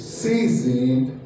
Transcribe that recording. seasoned